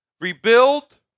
rebuild